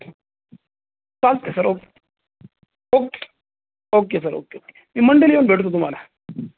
चालते sir okay okay okay sir okay okay मी मंडेला येऊन भेटतो तुम्हाला